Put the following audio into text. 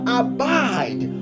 abide